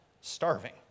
starving